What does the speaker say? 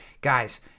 guys